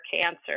cancer